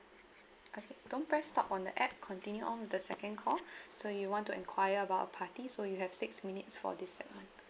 okay don't press stop on the app continue on with the second call so you want to enquire about a party so you'll have six minutes for this segment